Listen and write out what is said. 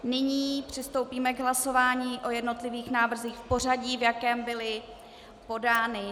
Nyní přistoupíme k hlasování o jednotlivých návrzích v pořadí, v jakém byly podány.